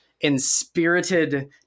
inspirited